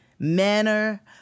Manner